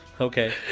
Okay